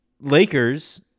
Lakers